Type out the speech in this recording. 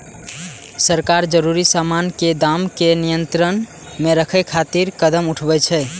सरकार जरूरी सामान के दाम कें नियंत्रण मे राखै खातिर कदम उठाबै छै